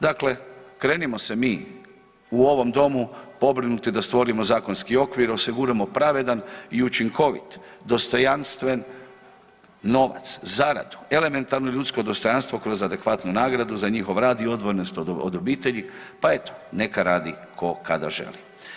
Dakle, krenimo se mi u ovom Domu pobrinuti da stvorimo zakonski okvir, osiguramo pravedan i učinkovit, dostojanstven novac, zaradu, elementarno ljudsko dostojanstvo kroz adekvatnu nagradu za njihov i odvojenost od obitelji, pa eto, neka radi tko kada želi.